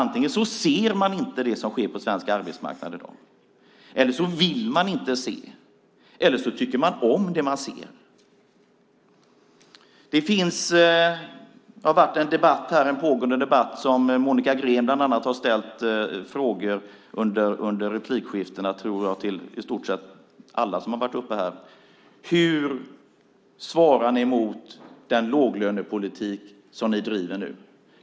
Antingen ser man inte det som sker på svensk arbetsmarknad i dag, eller också vill man inte se det, eller också tycker man om det som man ser. Under debatten har Monica Green ställt följande frågor under replikskiftena till i stort sett alla i debatten: Hur svarar ni mot den låglönepolitik som ni nu driver?